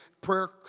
prayer